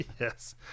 Yes